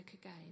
again